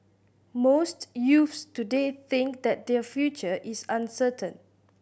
most youths today think that their future is uncertain